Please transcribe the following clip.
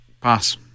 Pass